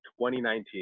2019